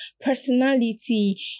personality